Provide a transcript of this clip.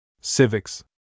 Civics